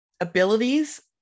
abilities